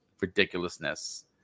ridiculousness